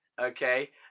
okay